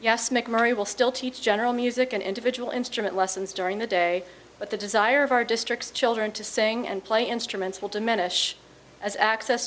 yes mcmurry will still teach general music an individual instrument lessons during the day but the desire of our districts children to sing and play instruments will diminish as access